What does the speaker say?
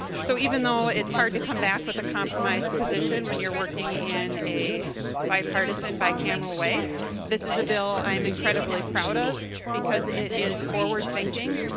so even though it's hard to come back with a compromise position when you are working in a bipartisan bicameral way this is a bill i'm incredibly proud of because it is forward thinking.